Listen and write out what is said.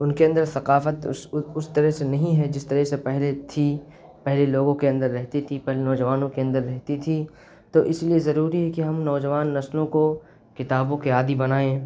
ان کے اندر ثقافت اس طرح سے نہیں ہے جس طرح سے پہلے تھی پہلے لوگوں کے اندر رہتی تھی پہلے نوجوانوں کے اندر رہتی تھی تو اس لیے ضروری ہے کہ ہم نوجوان نسلوں کو کتابوں کے عادی بنائیں